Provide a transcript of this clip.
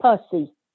pussy